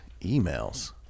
Emails